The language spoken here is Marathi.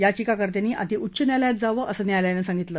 याचिकाकर्त्यानी आधी उच्च न्यायालयात जावं असं न्यायालयानं सांगितलं